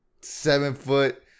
seven-foot